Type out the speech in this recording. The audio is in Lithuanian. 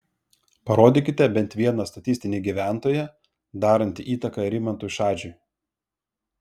parodykite bent vieną statistinį gyventoją darantį įtaką rimantui šadžiui